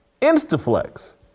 Instaflex